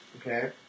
okay